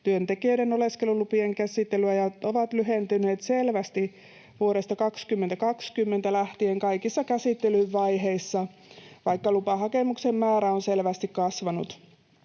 työntekijöiden oleskelulupien käsittelyajat ovat lyhentyneet selvästi vuodesta 2020 lähtien kaikissa käsittelyvaiheissa, vaikka lupahakemusten määrä on selvästi kasvanut.